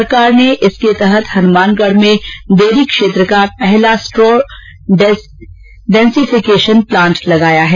सरकार ने इसके तहत हन्मानगढ़ में डेयरी क्षेत्र का पहला स्ट्रॉ डेंसिफिकेशन प्लांट लगाया है